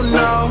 no